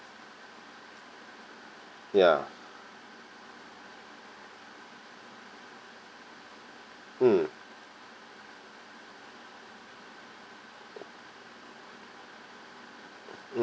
ya mm